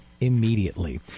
immediately